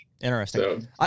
Interesting